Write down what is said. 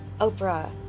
Oprah